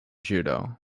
judo